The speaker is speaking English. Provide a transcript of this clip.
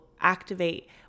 activate